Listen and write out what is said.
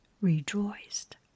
rejoiced